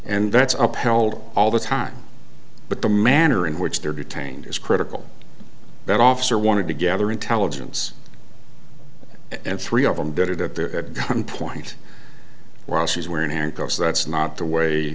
and that's up held all the time but the manner in which they're detained is critical that officer wanted to gather intelligence and three of them did or that there at gunpoint while she's wearing handcuffs that's not the way